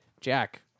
Jack